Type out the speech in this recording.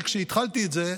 כשהתחלתי את זה,